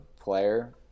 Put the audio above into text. player